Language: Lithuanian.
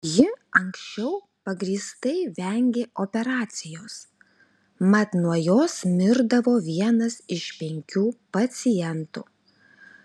ji anksčiau pagrįstai vengė operacijos mat nuo jos mirdavo vienas iš penkių pacientų